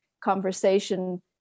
conversation